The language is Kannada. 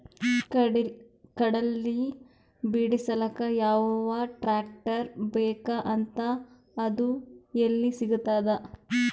ಕಡಲಿ ಬಿಡಿಸಲಕ ಯಾವ ಟ್ರಾಕ್ಟರ್ ಬೇಕ ಮತ್ತ ಅದು ಯಲ್ಲಿ ಸಿಗತದ?